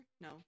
no